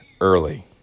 early